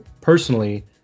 personally